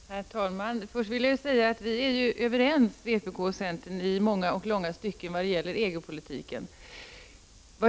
Herr talman! Först vill jag säga att vpk och centern är överens i många och långa stycken vad gäller EG-politiken.